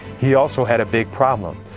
he also had a big problem.